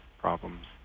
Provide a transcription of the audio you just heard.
problems